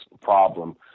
problem